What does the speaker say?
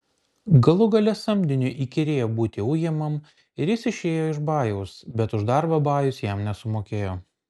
galų gale samdiniui įkyrėjo būti ujamam ir jis išėjo iš bajaus bet už darbą bajus jam nesumokėjo